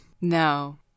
No